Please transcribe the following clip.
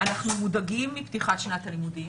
אנחנו מודאגים מפתיחת שנת הלימודים.